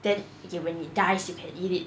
then okay when it dies you can eat it